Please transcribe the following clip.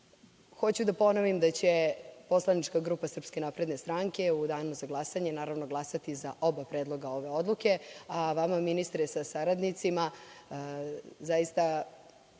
da ponovim da će poslanička grupa SNS u dana za glasanje naravno glasati za oba predloga ove odluke, a vama, ministre sa saradnicima, zaista